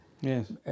Yes